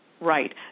right